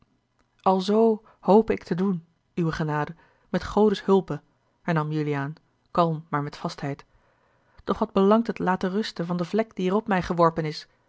alzoo hope ik te doen uwe genade met godes hulpe hernam juliaan kalm maar met vastheid doch wat belangt het laten rusten van de vlek die er op mij geworpen is